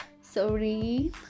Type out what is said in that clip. sorry